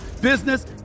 business